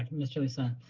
mr. lee-sung.